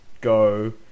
go